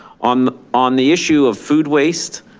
on on the issue of food waste.